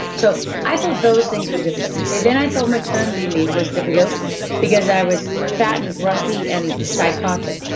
so i thought those things were difficult then i thought maternity leave was difficult because i was fat and grumpy, and psychotic,